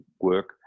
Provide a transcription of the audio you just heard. work